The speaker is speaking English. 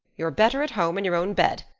you're better at home in your own bed,